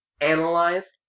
analyze